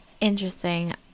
Interesting